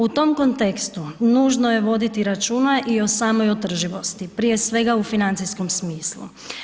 U tom kontekstu nužno je voditi računa i o samoj održivosti, prije svega u financijskom smislu.